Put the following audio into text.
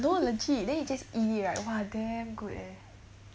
no legit then you just eat it right !wah! damn good eh